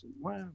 wow